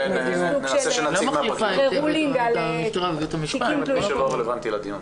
זה לא רלוונטי לדיון.